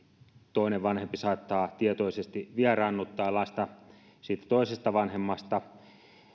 toinen vanhempi saattaa tietoisesti vieraannuttaa lasta siitä toisesta vanhemmasta